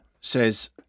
says